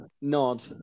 nod